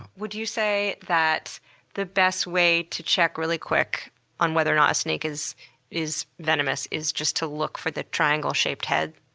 would you say that the best way to check really quick on whether or not a snake is is venomous is just to look for that triangle-shaped head?